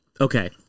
Okay